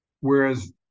whereas